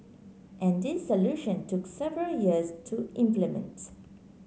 and this solution took several years to implement